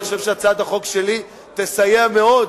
אני חושב שהצעת החוק שלי תסייע מאוד